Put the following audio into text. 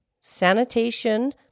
sanitation